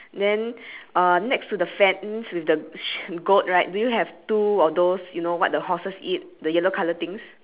and then next to the ghost then there's this guy in blue shirt and cap with ya with the saw right you have also then be~